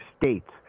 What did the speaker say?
states